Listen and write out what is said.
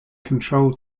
control